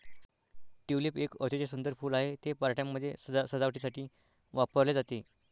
tulip एक अतिशय सुंदर फूल आहे, ते पार्ट्यांमध्ये सजावटीसाठी वापरले जाते